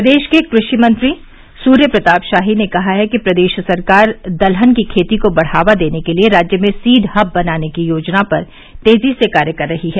प्रदेश के कृषि मंत्री सूर्य प्रताप शाही ने कहा है कि प्रदेश सरकार दलहन की खेती को बढ़ावा देने के लिए राज्य में सीड हब बनाने की योजना पर तेजी से कार्य कर रही है